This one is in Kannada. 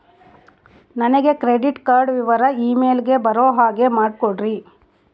ನನಗೆ ಕ್ರೆಡಿಟ್ ಕಾರ್ಡ್ ವಿವರ ಇಮೇಲ್ ಗೆ ಬರೋ ಹಾಗೆ ಮಾಡಿಕೊಡ್ರಿ?